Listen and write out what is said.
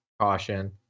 caution